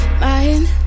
mind